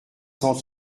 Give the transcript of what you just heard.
cent